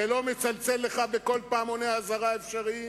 זה לא מצלצל לך בכל פעמוני האזהרה האפשריים?